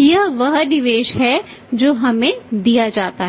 यह वह निवेश है जो हमें दिया जाता है